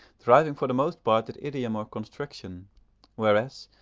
driving for the most part at idiom or construction whereas,